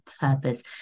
purpose